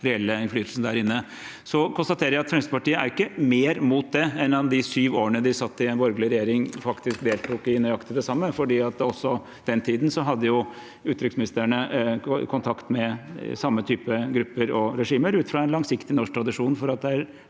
Så konstaterer jeg at Fremskrittspartiet ikke er mer mot det enn at de i de sju årene de satt i en borgerlig regjering, faktisk deltok i nøyaktig det samme, for også på den tiden hadde utenriksministerne kontakt med samme type grupper og regimer, ut fra en langsiktig norsk tradisjon for at det er